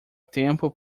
tempo